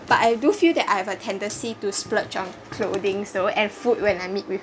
but I do feel that I have a tendency to splurge on clothings so and food when I meet with